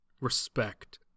Respect